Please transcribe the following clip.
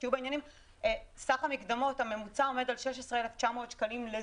שתהיה בעניינים: סך המקדמות הממוצע עומד על 16,900 שקלים לזוג,